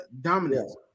dominance